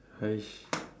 !hais!